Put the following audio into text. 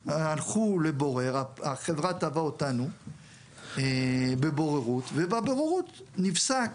החברה תבעה אותנו בבוררות ובבוררות נפסק